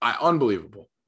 unbelievable